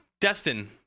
destin